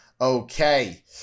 Okay